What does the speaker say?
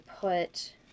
put